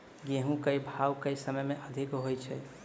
गेंहूँ केँ भाउ केँ समय मे अधिक होइ छै?